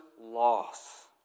loss